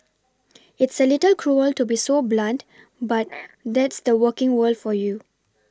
it's a little cruel to be so blunt but that's the working world for you